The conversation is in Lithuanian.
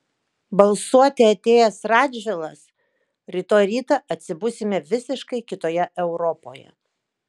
balsuoti atėjęs radžvilas rytoj rytą atsibusime visiškai kitoje europoje